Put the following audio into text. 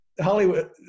Hollywood